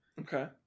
Okay